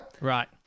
Right